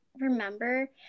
remember